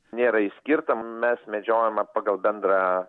nėra išskirta mes medžiojame pagal bendrą